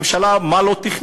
הממשלה, מה היא לא תכננה?